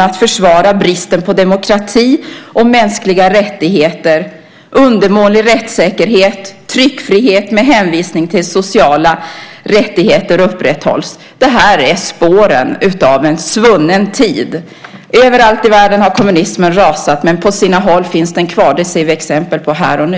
att försvara bristen på demokrati och mänskliga rättigheter, undermålig rättssäkerhet och tryckfrihet med hänvisning till att sociala rättigheter upprätthålls. Det här är spåren av en svunnen tid. Överallt i världen har kommunismen rasat, men på sina håll finns den kvar. Det ser vi exempel på här och nu.